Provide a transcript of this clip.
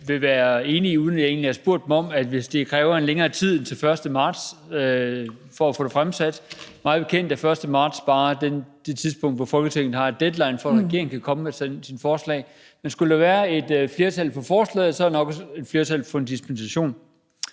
vil være enige i udlægningen. Jeg har spurgt ind til, hvis det kræver længere tid end til den 1. marts for at få det fremsat. Mig bekendt er den 1. marts bare det tidspunkt, hvor Folketinget har en deadline for, at regeringen kan komme med sine forslag. Men skulle der være et flertal for forslaget, vil der nok også være et flertal for en dispensation.